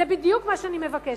זה בדיוק מה שאני מבקשת,